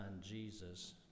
Jesus